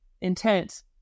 intent